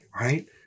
right